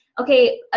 okay